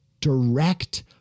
direct